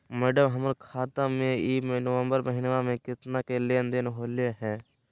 madam, हमर खाता में ई नवंबर महीनमा में केतना के लेन देन होले है